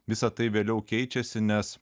visa tai vėliau keičiasi nes